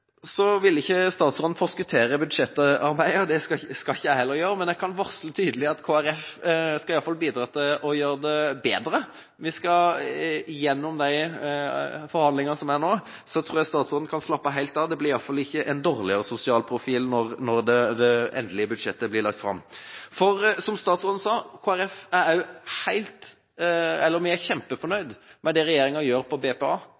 ikke forskuttere budsjettarbeidet. Det skal ikke jeg heller, men jeg kan i hvert fall varsle tydelig at Kristelig Folkeparti skal bidra til å gjøre det bedre gjennom de forhandlingene som er nå. Jeg tror statsråden kan slappe helt av, det blir i hvert fall ikke en dårligere sosial profil når det endelige budsjettet blir lagt fram. For, som statsråden sa, Kristelig Folkeparti er kjempefornøyd med det regjeringen gjør når det gjelder VTA, med det arbeidet som det er